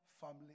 family